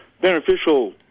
beneficial